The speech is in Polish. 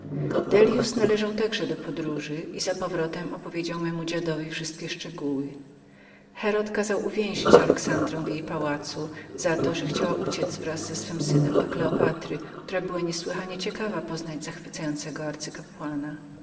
dellius należał także do podróży i za powrotem opowiedział memu dziadowi wszystkie szczegóły herod kazał uwięzić alexandrę w jej pałacu za to że chciała uciec wraz z swym synem do kleopatry która była niesłychanie ciekawą poznania zachwycającego